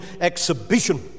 Exhibition